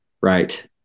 right